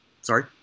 Sorry